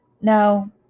Now